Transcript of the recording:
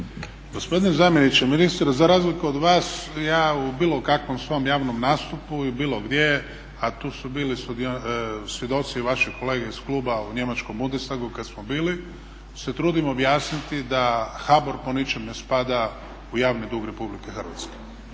Gospodine zamjeniče ministra, za razliku od vas, ja u bilo kakvom svom javnom nastupu i bilo gdje a tu su bili svjedoci vaše kolege iz kluba u njemačkom Bundestagu kada smo bili se trudimo objasniti da HBOR po ničemu ne spada u javni dug Republike Hrvatske.